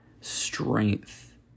strength